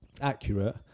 Accurate